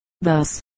thus